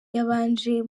yabanje